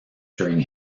during